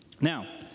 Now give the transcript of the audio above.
Now